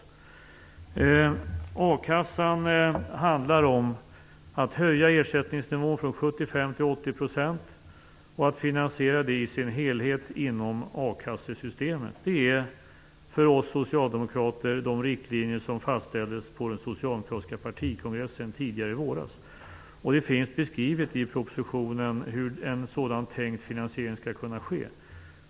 Förändringarna i a-kassan handlar om att höja ersättningsnivån från 75 % till 80 % och att finansiera det i sin helhet inom a-kassesystemet. Det är för oss socialdemokrater de riktlinjer som fastställdes på den socialdemokratiska partikongressen tidigare i våras. Det finns beskrivet i propositionen hur en sådan tänkt finansiering skall kunna ske.